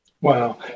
wow